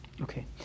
Okay